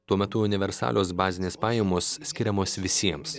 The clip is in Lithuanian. tuo metu universalios bazinės pajamos skiriamos visiems